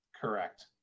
Correct